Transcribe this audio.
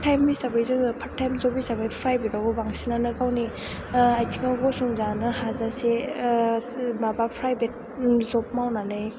part time हिसाबै जों part time job हिसाबै प्राइभेटआवबो बांसिनानो गावनि आथिङाव गसंजानो हाजासे माबा प्राइभेट जब मावनानै